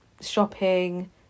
shopping